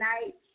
night